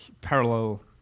parallel